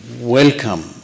welcome